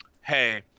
hey